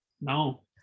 no